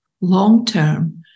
long-term